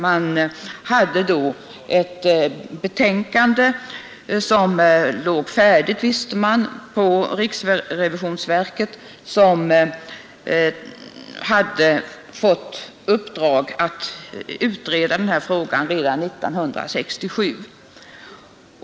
Man visste då att en promemoria redan låg färdig på riksrevisionsverket, som hade fått uppdraget att utreda frågan 1967.